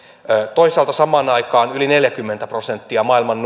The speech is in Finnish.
toisaalta samaan aikaan yli neljäkymmentä prosenttia maailman